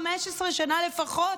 15 שנה לפחות,